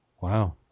Wow